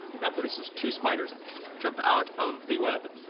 now produces two spiders. and jump out of the web.